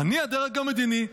"אני הדרג המדיני,